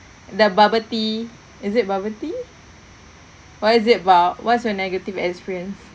the bubble tea is it bubble tea what is it about what's your negative experience